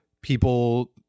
people